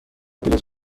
بلیط